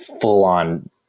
full-on